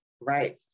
Right